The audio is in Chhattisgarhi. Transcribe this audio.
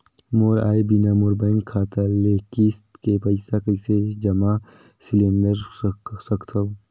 मोर आय बिना मोर बैंक खाता ले किस्त के पईसा कइसे जमा सिलेंडर सकथव?